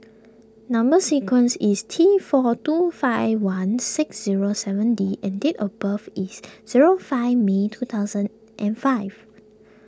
Number Sequence is T four two five one six zero seven D and date of birth is zero five May two thousand and five